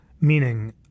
meaning